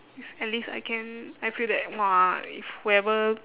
least at least I can I feel that !wah! if whoever